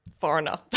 foreigner